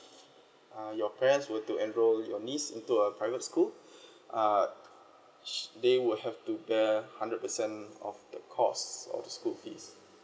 uh your parents were to enroll your niece into a private school uh she they will have to bear hundred percent of the cost of the school fees